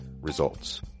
results